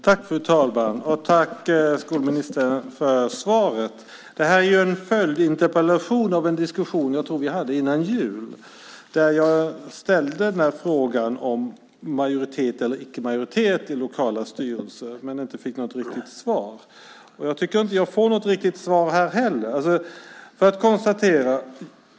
Fru talman! Jag tackar skolministern för svaret. Denna interpellation är en följd av en diskussion vi hade innan jul. Där ställde jag frågan om majoritet eller icke majoritet i lokala styrelser men fick inte något riktigt svar. Jag tycker inte att jag får något riktigt svar här heller.